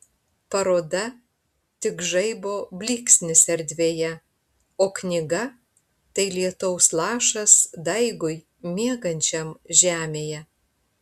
paroda tik žaibo blyksnis erdvėje o knyga tai lietaus lašas daigui miegančiam žemėje